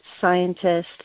scientists